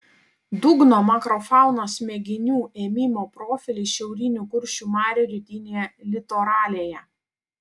dugno makrofaunos mėginių ėmimo profiliai šiaurinių kuršių marių rytinėje litoralėje